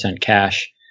cash